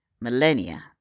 millennia